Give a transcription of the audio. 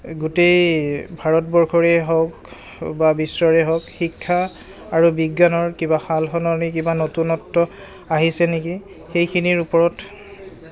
গোটেই ভাৰতবৰ্ষৰেই হওক বা বিশ্বৰেই হওক শিক্ষা আৰু বিজ্ঞানৰ কিবা সাল সলনি কিবা নতুনত্ব আহিছে নেকি সেইখিনিৰ ওপৰত